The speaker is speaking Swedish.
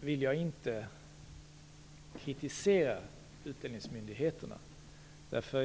vill jag inte kritisera utlänningsmyndigheterna.